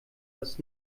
das